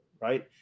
right